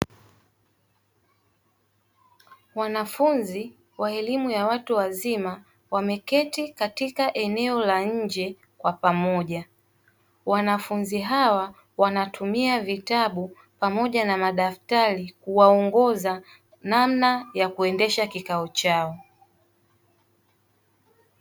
Wanafunzi wa elimu ya watu wazima wameketi katika eneo la nje kwa pamoja, wanafunzi hawa wanatumia vitabu pamoja na madaftari kuwaongoza namna ya kuendesha kikao chao.